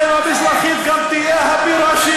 בסוריה, במצרים, בירדן.